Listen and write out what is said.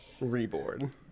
Reborn